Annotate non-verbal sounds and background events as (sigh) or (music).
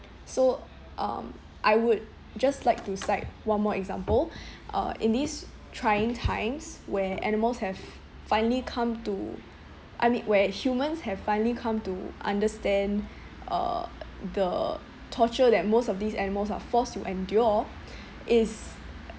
so um I would just like to cite one more example (breath) uh in these trying times where animals have finally come to I mean when humans have finally come to understand uh the torture that most of these animals are forced to endure is